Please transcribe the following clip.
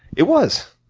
it was.